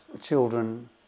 children